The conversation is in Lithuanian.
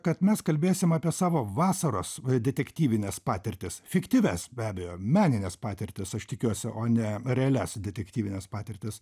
kad mes kalbėsim apie savo vasaros detektyvines patirtis fiktyvias be abejo menines patirtis aš tikiuosi o ne realias detektyvines patirtis